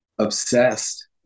obsessed